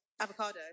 Avocado